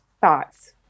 thoughts